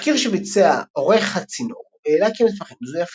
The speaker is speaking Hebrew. תחקיר שביצע עורך הצינור העלה כי המסמכים מזויפים.